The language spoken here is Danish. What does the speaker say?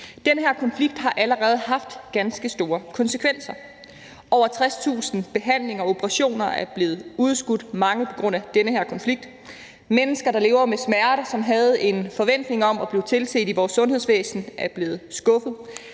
Den her konflikt har allerede haft ganske store konsekvenser. Over 60.000 behandlinger og operationer er blevet udskudt, mange på grund af den her konflikt. Mennesker, der lever med smerter, og som havde en forventning om at blive tilset i vores sundhedsvæsen, er blevet skuffet.